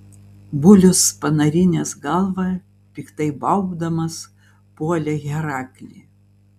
bulius panarinęs galvą piktai baubdamas puolė heraklį